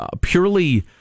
purely